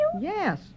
Yes